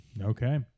Okay